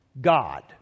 God